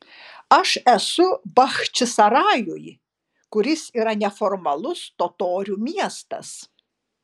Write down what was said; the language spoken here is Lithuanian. aš esu bachčisarajuj kuris yra neformalus totorių miestas